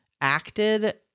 acted